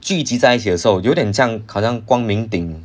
聚集在一起的时候有点像好像光明顶